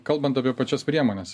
kalbant apie pačias priemones